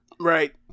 right